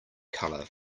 color